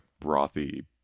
brothy